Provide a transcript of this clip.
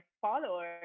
followers